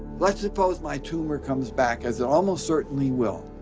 let's suppose my tumor comes back, as it almost certainly will.